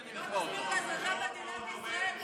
בוא תסביר לאזרחי מדינת ישראל למה מבנים נטושים נשארו נטושים.